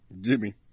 Jimmy